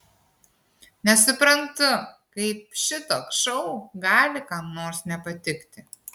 nesuprantu kaip šitoks šou gali kam nors nepatikti